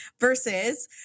Versus